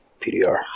PDR